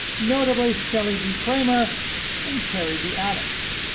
notably shelley v. kramer and terry v. adams.